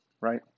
right